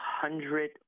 hundred